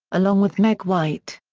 along with meg white.